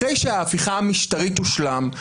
אחרי שההפיכה המשטרית תושלם,